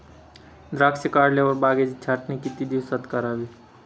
द्राक्षे काढल्यावर बागेची छाटणी किती दिवसात करावी?